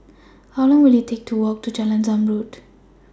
How Long Will IT Take to Walk to Jalan Zamrud